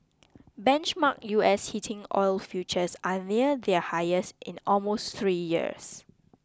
benchmark U S heating oil futures are near their highest in almost three years